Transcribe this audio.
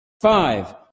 Five